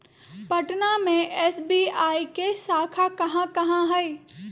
पटना में एस.बी.आई के शाखा कहाँ कहाँ हई